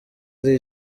ari